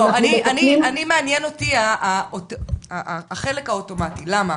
אני מעניין אותי החלק האוטומטי, למה?